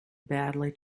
badly